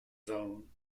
zone